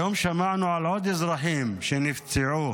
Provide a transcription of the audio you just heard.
היום שמענו על עוד אזרחים שנפצעו